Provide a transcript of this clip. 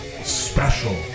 special